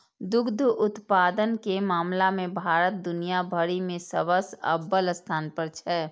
दुग्ध उत्पादन के मामला मे भारत दुनिया भरि मे सबसं अव्वल स्थान पर छै